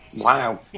Wow